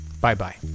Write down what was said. Bye-bye